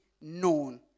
known